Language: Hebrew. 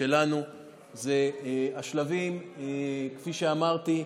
שלנו זה שהשלבים, כפי שאמרתי,